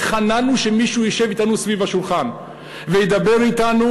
התחננו שמישהו ישב אתנו סביב השולחן וידבר אתנו,